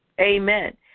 amen